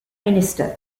minister